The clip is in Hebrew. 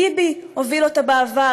ביבי הוביל אותה בעבר,